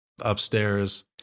upstairs